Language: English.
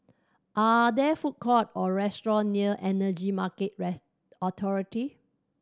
are there food court or restaurant near Energy Market Authority